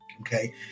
okay